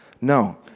No